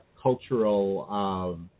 cultural